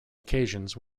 occasions